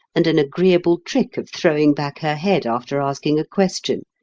and an agreeable trick of throwing back her head after asking a question,